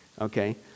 Okay